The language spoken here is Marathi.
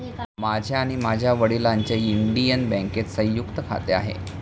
माझे आणि माझ्या वडिलांचे इंडियन बँकेत संयुक्त खाते आहे